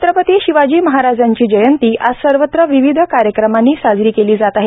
छत्रपती शिवाजी महाराजांची जयंती आज सर्वत्र विविध कार्यक्रमांनी साजरी केली जात आहे